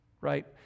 Right